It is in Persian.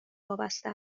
وابسته